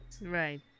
right